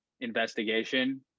investigation